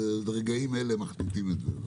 ברגעים אלה מחליטים על כך,